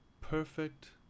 Perfect